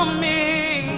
me